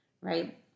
right